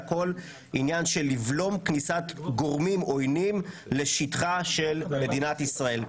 שהכול עניין של בלימת כניסה של גורמים עוינים לשטחה של מדינת ישראל.